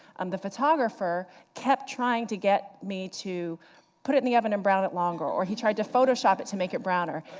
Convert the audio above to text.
um the photographer kept trying to get me to put it in the oven and brown it longer, or he tried to photoshop it to make it browner.